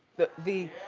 the, the.